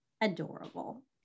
adorable